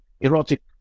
erotic